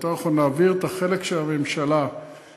או יותר נכון נעביר את החלק של הממשלה לעיריות.